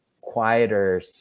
quieter